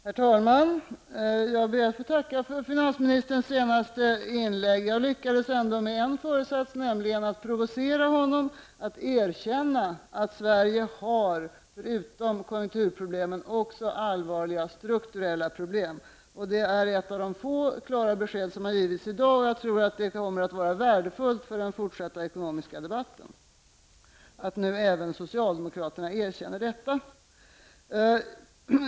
Herr talman! Jag ber att få tacka för finansministerns senaste inlägg. Jag lyckades med en föresats, nämligen att provocera honom att erkänna att Sverige förutom konjunkturproblemen också har allvarliga strukturella problem. Det är ett av de få klara besked som har givits i dag. Jag tror att det kommer att vara värdefullt för den fortsatta ekonomiska debatten att nu även socialdemokraterna erkänner detta.